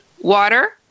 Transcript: water